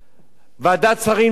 ועדת שרים דחתה.